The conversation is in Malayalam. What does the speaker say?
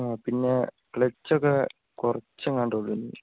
അ പിന്നെ ക്ലച്ച് ഒക്കെ കുറച്ച് എങ്ങാണ്ട് ഉള്ളു ഇനി